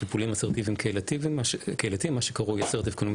טיפולים אסרטיביים קהילתיים מה שקרוי assertive community